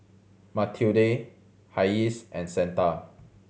Matilde Hayes and Santa